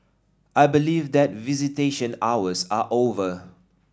I believe that visitation hours are over